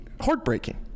heartbreaking